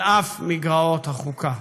על אף מגרעות החוקה".